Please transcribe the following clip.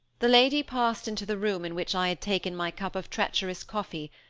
the lady passed into the room in which i had taken my cup of treacherous coffee,